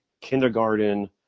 kindergarten